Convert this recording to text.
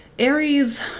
Aries